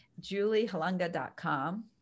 Juliehalanga.com